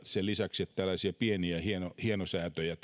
sen lisäksi että tehdään tällaisia pieniä hienosäätöjä